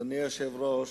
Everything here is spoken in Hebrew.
אדוני היושב-ראש,